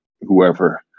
whoever